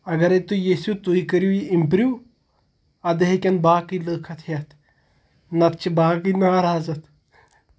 اَگَرے تُہۍ ییٚژھِو تُہۍ کٔرِو یہِ اِمپرٛوٗ اَدٕ ہٮ۪کن باقٕے لُکھ اَتھ ہٮ۪تھ نَتہٕ چھِ باقٕے ناراض اَتھ